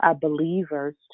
believers